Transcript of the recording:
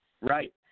Right